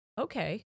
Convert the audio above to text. Okay